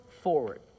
forward